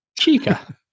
Chica